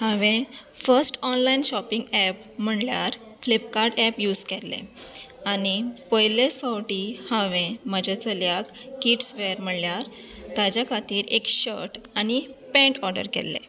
हांवेन first online shopping app म्हळ्यार Flipkart app use केल्लें आनी पयलेंच फावटी हांवेन म्हज्या चल्यांक किड्स वेअर म्हळ्यार ताचे खातीर एक शर्ट आनी पेंन्ट ऑर्डर केल्ल्ले